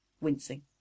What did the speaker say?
wincing